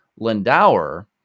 Lindauer